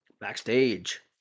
Backstage